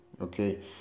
okay